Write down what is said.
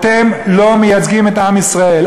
אתם לא מייצגים את עם ישראל.